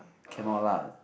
cannot lah